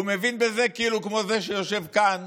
הוא מבין בזה כאילו כמו זה שיושב כאן